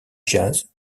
jazz